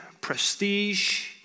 prestige